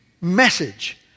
message